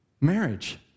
marriage